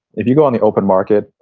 if you go on the open market,